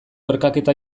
erkaketa